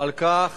על כך